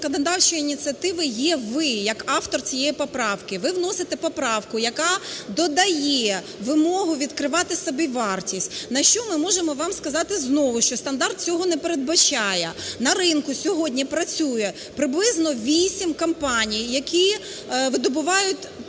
законодавчої ініціативи є ви як автор цієї поправки. Ви вносите поправку, яка додає вимогу відкривати собівартість, на що ми вам можемо сказати знову, що стандарт цього не передбачає. На ринку сьогодні працює приблизно вісім компаній, які видобувають